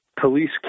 police